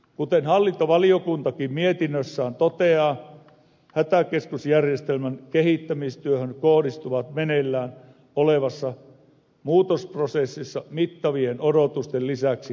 kuten hallintovaliokuntakin mietinnössään toteaa hätäkeskusjärjestelmän kehittämistyöhön kohdistuvat meneillään olevassa muutosprosessissa mittavien odotusten lisäksi suuret vaatimukset